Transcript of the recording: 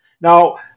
Now